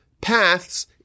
paths